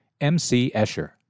mcescher